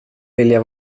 vilja